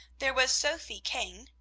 there was sophy kane,